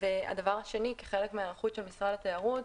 והדבר השני, כחלק מהיערכות של משרד התיירות,